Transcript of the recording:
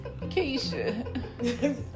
Keisha